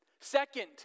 Second